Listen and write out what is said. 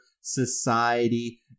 society